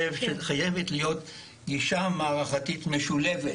שחייבת להיות גישה מערכתית משולבת